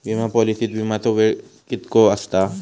विमा पॉलिसीत विमाचो वेळ कीतको आसता?